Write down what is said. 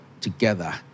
together